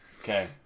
Okay